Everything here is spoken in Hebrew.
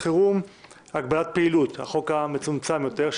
חירום (הגבלת פעילות) החוק המצומצם יותר,